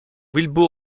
wilbur